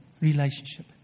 relationship